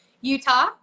Utah